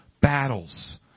battles